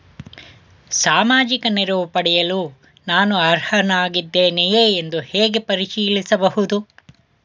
ಸಾಮಾಜಿಕ ನೆರವು ಪಡೆಯಲು ನಾನು ಅರ್ಹನಾಗಿದ್ದೇನೆಯೇ ಎಂದು ಹೇಗೆ ಪರಿಶೀಲಿಸಬಹುದು?